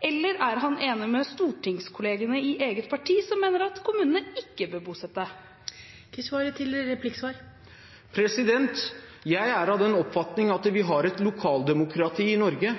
eller er han enig med stortingskollegene i eget parti som mener at kommunene ikke bør bosette? Jeg er av den oppfatning at vi har et lokaldemokrati i Norge,